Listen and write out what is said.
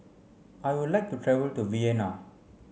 I would like to travel to Vienna